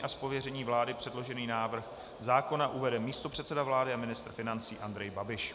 Z pověření vlády předložený návrh zákona uvede místopředseda vlády a ministr financí Andrej Babiš.